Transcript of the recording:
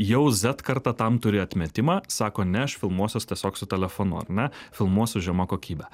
jau zet kartą tam turi atmetimą sako ne aš filmuosiuos tiesiog su telefonu ar ne filmuosiu žema kokybe